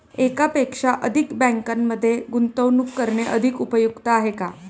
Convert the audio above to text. एकापेक्षा अधिक बँकांमध्ये गुंतवणूक करणे अधिक उपयुक्त आहे का?